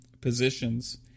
positions